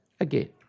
again